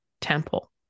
temple